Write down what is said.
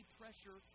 pressure